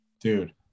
Dude